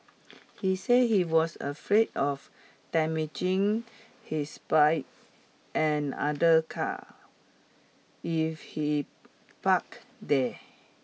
he said he was afraid of damaging his bike and other cars if he parked there